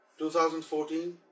2014